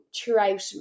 throughout